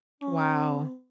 Wow